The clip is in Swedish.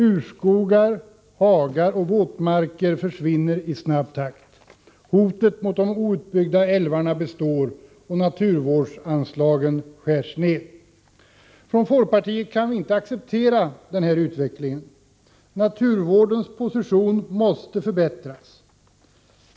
Urskogar, hagar och våtmarker försvinner i snabb takt. Hotet mot de outbyggda älvarna består, och naturvårdsanslagen skärs ner. Från folkpartiet kan vi inte acceptera denna utveckling. Naturvårdens position måste förbättras.